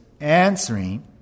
answering